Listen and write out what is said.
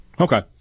Okay